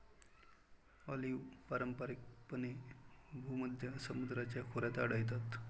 olive पारंपारिकपणे भूमध्य समुद्राच्या खोऱ्यात आढळतात